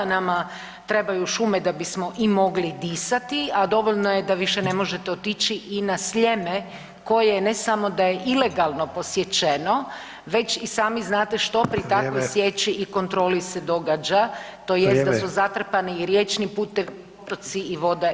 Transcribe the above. Nama trebaj šume da bismo i mogli disati, a dovoljno je da više ne možete otići i na Sljeme koje ne samo da je ilegalno posječeno, već i sami znate što pri takvoj sječi i kontroli se događa tj. Da su zatrpani i riječni putovi, potoci i voda i sl.